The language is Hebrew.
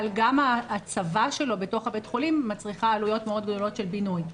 אבל גם ההצבה שלו בתוך בית החולים מצריכה עלויות מאוד גדולות של בינוי.